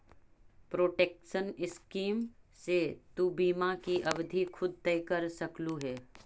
protection scheme से तु बीमा की अवधि खुद तय कर सकलू हे